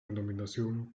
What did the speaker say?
denominación